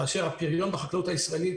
כאשר הפריון בחקלאות הישראלית,